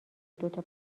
دوتا